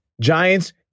Giants